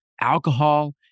alcohol